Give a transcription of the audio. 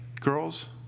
Girls